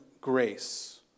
grace